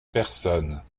personnes